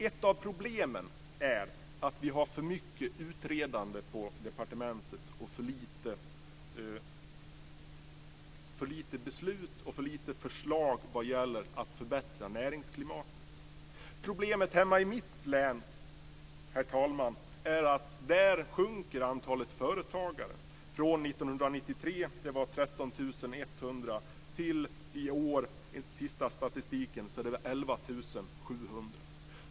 Ett av problemen är att vi har för mycket utredande på departementet och för lite beslut och förslag vad gäller att förbättra näringsklimatet. Problemet hemma i mitt län, herr talman, är att där sjunker antalet företagare. 1993 var det 13 100, och i år är det enligt den senaste statistiken 11 700.